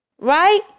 Right